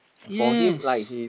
yes